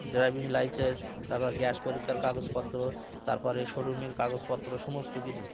driving licence তারপর gas পরীক্ষার কাগজপত্র তার পরে শোরুমের কাগজপত্র সমস্ত কিছু